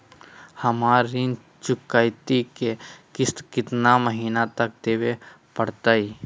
हमरा ऋण चुकौती के किस्त कितना महीना तक देवे पड़तई?